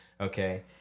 okay